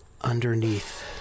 underneath